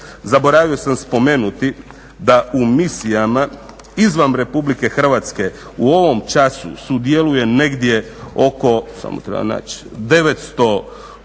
zaboravio sam spomenuti da u misijama izvan RH u ovom času sudjeluje negdje oko, samo